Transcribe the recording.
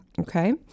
Okay